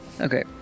Okay